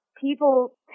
people